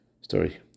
story